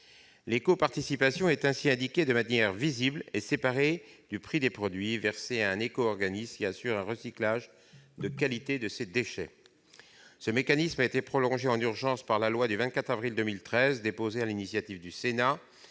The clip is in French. L'éco-participation est ainsi indiquée de manière visible, distincte du prix des produits, et versée à un éco-organisme qui assure un recyclage de qualité de ces déchets. Ce mécanisme a été prolongé en urgence par la loi du 24 avril 2013, déposée sur l'initiative du Sénat